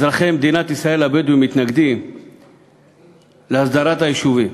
אזרחי מדינת ישראל הבדואים להסדרת היישובים,